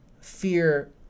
fear